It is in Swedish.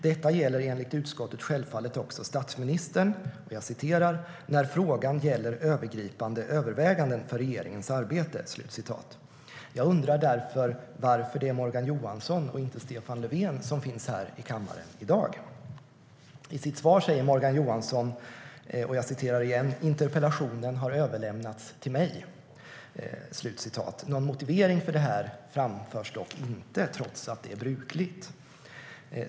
Detta gäller enligt utskottet självfallet också statsministern "när frågan gäller övergripande överväganden för regeringens arbete". Jag undrar därför varför det är Morgan Johansson och inte Stefan Löfven som finns här i kammaren i dag. I sitt svar säger Morgan Johansson: "Interpellationen har överlämnats till mig." Någon motivering för detta framförs dock inte, trots att det är brukligt.